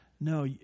no